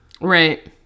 right